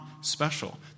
special